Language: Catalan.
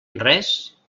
res